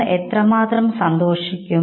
നിങ്ങൾക്ക് എത്രമാത്രം സന്തോഷം ഉണ്ടാകും